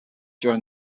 during